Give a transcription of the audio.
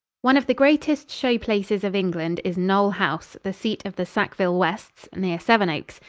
one of the greatest show-places of england is knole house, the seat of the sackville-wests, near seven-oaks.